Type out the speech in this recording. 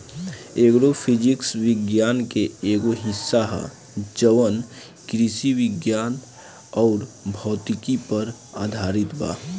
agro physics विज्ञान के एगो हिस्सा ह जवन कृषि विज्ञान अउर भौतिकी पर आधारित बा